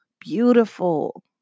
beautiful